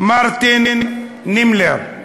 מרטין נימלר,